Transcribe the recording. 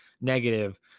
negative